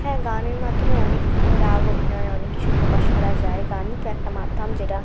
হ্যাঁ গানের মাধ্যমে অনেক রাগ অভিনয় অনেক কিছু প্রকাশ করা যায় গানই তো একটা মাধ্যম যেটা